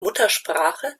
muttersprache